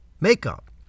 makeup